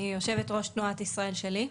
אני יושבת-ראש תנועת ישראל שלי.